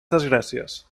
desgràcies